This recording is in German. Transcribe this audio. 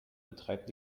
betreibt